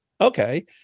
Okay